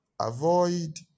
avoid